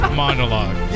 monologue